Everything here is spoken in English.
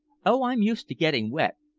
oh! i'm used to getting wet.